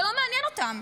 זה לא מעניין אותם.